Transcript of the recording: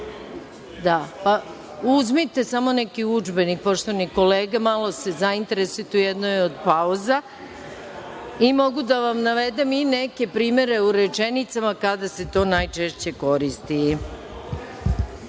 se. Uzmite samo neki udžbenik, poštovane kolege, malo se zainteresujte u jednoj od pauza. Mogu i da vam navedem neke primere u rečenicama kada se to najčešće koristi,